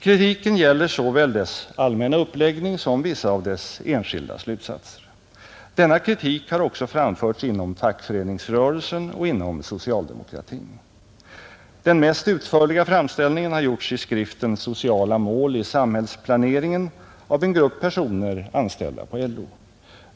Kritiken gäller såväl dess allmänna uppläggning som vissa av dess enskilda slutsatser. Denna kritik har också framförts inom fackföreningsrörelsen och inom socialdemokratin. Den mest utförliga framställningen har gjorts i skriften ”Sociala mål i samhällsplaneringen” av en grupp personer anställda på LO.